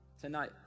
tonight